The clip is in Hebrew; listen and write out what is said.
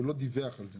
הוא לא דיווח על זה.